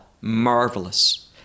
marvelous